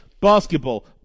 basketball